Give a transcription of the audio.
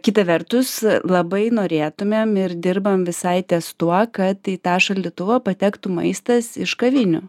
kita vertus labai norėtumėm ir dirbam visai ties tuo kad į tą šaldytuvą patektų maistas iš kavinių